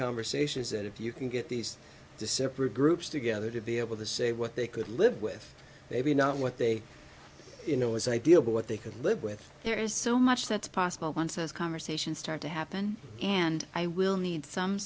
conversations that if you can get these to separate groups together to be able to say what they could live with maybe not what they you know is ideal but what they could live with there is so much that's possible one says conversations start to happen and i will need some